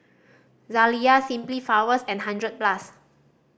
Zalia Simply Flowers and Hundred Plus